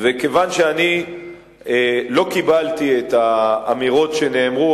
כיוון שאני לא קיבלתי את האמירות שנאמרו,